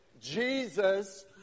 Jesus